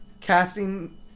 casting